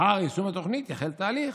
לאחר יישום התוכנית יחל תהליך,